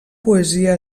poesia